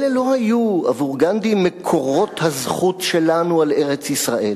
אלה לא היו עבור גנדי מקורות הזכות שלנו על ארץ-ישראל.